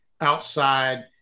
outside